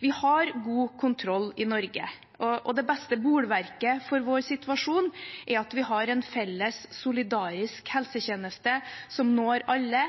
Vi har god kontroll i Norge, og det beste bolverket for vår situasjon er at vi har en felles solidarisk helsetjeneste som når alle.